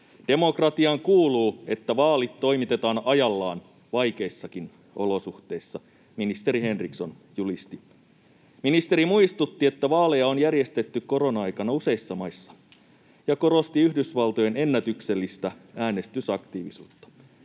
”demokratiaan kuuluu, että vaalit toimitetaan ajallaan vaikeissakin olosuhteissa”, ministeri Henriksson julisti. Ministeri muistutti, että vaaleja on järjestetty korona-aikana useissa maissa, ja korosti Yhdysvaltojen ennätyksellistä äänestysaktiivisuutta.